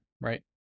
right